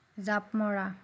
জাঁপ মৰা